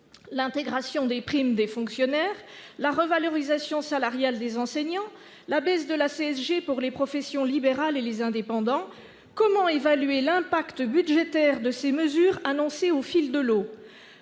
: intégration des primes des fonctionnaires, revalorisation salariale des enseignants, baisse de la CSG pour les professions libérales et les indépendants. Comment évaluer l'impact budgétaire de ces mesures annoncées au fil de l'eau ?